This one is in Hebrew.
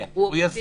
כן, הוא יסביר.